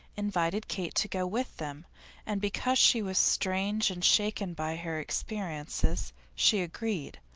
invited kate to go with them and because she was strange and shaken by her experiences she agreed.